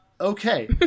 Okay